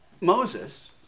Moses